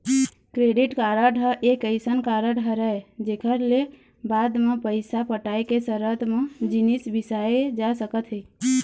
credit card ह एक अइसन कारड हरय जेखर ले बाद म पइसा पटाय के सरत म जिनिस बिसाए जा सकत हे